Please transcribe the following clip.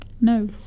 No